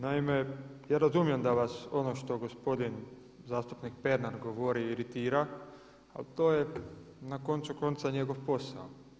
Naime, ja razumijem da vas ono što gospodin zastupnik Pernar govori iritira ali to je na koncu konca njegov posao.